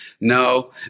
No